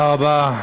תודה רבה.